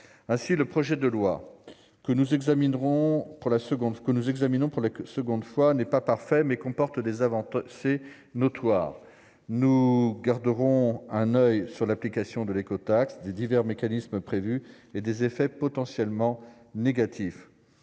Si ce projet de loi, que nous examinons pour la deuxième fois, n'est pas parfait, il comporte des avancées notoires. Nous garderons un oeil sur l'application de l'écotaxe et des divers mécanismes prévus, ainsi que sur leurs effets potentiellement négatifs.